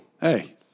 Hey